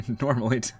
normally